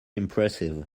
impressive